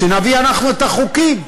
כשנביא אנחנו את החוקים,